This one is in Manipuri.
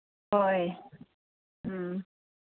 ꯍꯣꯏ ꯎꯝ